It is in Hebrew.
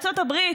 ארצות הברית,